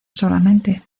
solamente